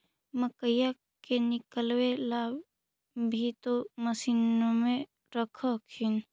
मकईया के निकलबे ला भी तो मसिनबे रख हखिन?